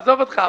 עזוב אותך.